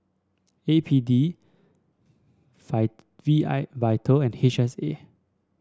A P D V I Vital and H S A